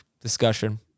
discussion